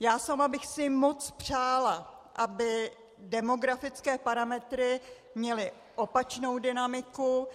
Já sama bych si moc přála, aby demografické parametry měly opačnou dynamiku.